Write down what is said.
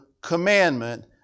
commandment